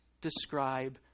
describe